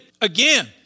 Again